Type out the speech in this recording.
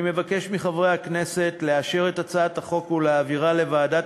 אני מבקש מחברי הכנסת לאשר את הצעת החוק ולהעבירה לוועדת